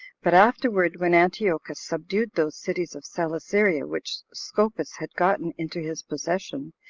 but afterward, when antiochus subdued those cities of celesyria which scopas had gotten into his possession,